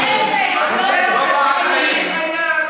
נפש, לא בעל חיים.